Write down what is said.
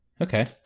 Okay